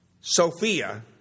Sophia